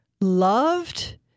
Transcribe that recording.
loved